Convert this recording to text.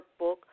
workbook